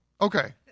okay